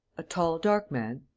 a tall, dark man?